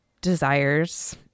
desires